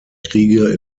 kriege